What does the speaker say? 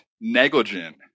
negligent